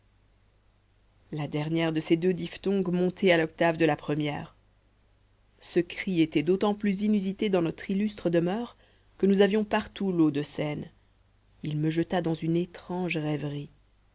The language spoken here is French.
la dernière de ces deux diphthongues montée à l'octave de la première ce cri était d'autant plus inusité dans notre illustre demeure que nous avions partout l'eau de seine il me jeta dans une étrange rêverie